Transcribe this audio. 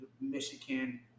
michigan